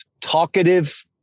talkative